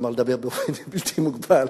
כלומר לדבר באופן בלתי מוגבל,